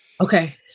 Okay